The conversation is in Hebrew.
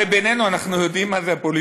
הרי בינינו, אנחנו יודעים מה זה הפוליטיקה.